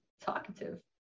talkative